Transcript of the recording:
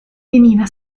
veniva